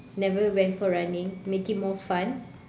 never went for running make it more fun